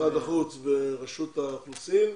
משרד החוץ ורשות האוכלוסין,